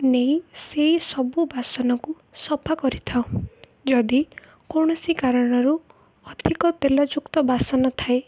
ନେଇ ସେଇ ସବୁ ବାସନକୁ ସଫା କରିଥାଉ ଯଦି କୌଣସି କାରଣରୁ ଅଧିକ ତେଲଯୁକ୍ତ ବାସନ ଥାଏ